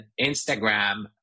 Instagram